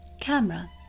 camera